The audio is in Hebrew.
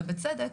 ובצדק,